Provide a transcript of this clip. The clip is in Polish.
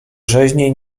rzeźni